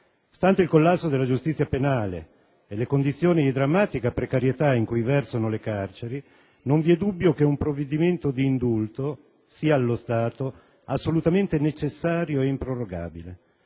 Stante il collasso della giustizia penale e le condizioni di drammatica precarietà in cui versano le carceri, non vi è dubbio che un provvedimento di indulto sia, allo stato, assolutamente necessario e improrogabile.